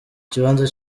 kibanza